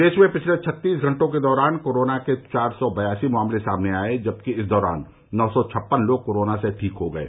प्रदेश में पिछले छत्तीस घंटों के दौरान कोरोना के चार सौ बयासी मामले सामने आये हैं जबकि इस दौरान नौ सौ छप्पन लोग कोरोना से ठीक हो गये